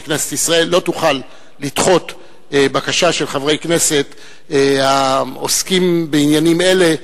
ושכנסת ישראל לא תוכל לדחות בקשה של חברי כנסת העוסקים בעניינים אלה,